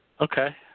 Okay